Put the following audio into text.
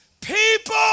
people